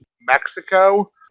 Mexico